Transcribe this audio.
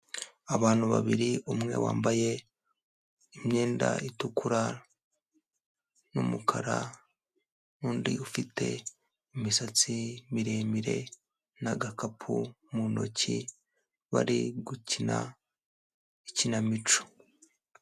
Abantu babiri, umwe wambaye imyenda itukura n'umukara n'undi ufite imisatsi miremire n'agakapu mu ntoki, bari gukina ikinamico.